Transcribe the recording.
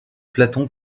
platon